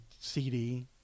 CD